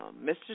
Mr